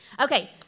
Okay